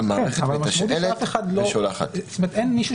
אין מישהו